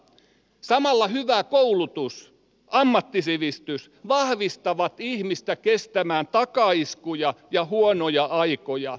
samalla hyvä koulutus ja ammattisivistys vahvistavat ihmistä kestämään takaiskuja ja huonoja aikoja